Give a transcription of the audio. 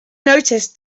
noticed